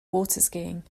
waterskiing